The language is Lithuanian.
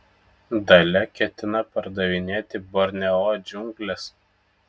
dalia ketina pardavinėti borneo džiungles